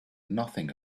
nothing